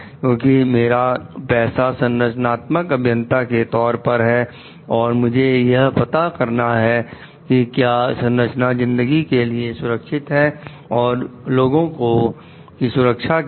क्योंकि मेरा पैसा संरचनात्मक अभियंता के तौर पर है और मुझे यह पता करना है कि क्या संरचना जिंदगी के लिए सुरक्षित है और लोगों की सुरक्षा के लिए